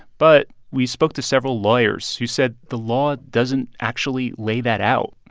but we spoke to several lawyers who said the law doesn't actually lay that out.